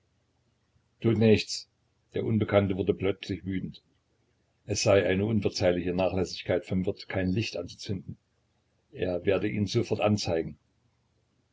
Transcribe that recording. tut nichts der unbekannte wurde plötzlich wütend es sei eine unverzeihliche nachlässigkeit vom wirte kein licht anzuzünden er werde ihn sofort anzeigen